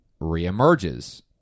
reemerges